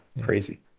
crazy